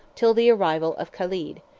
till the arrival of caled,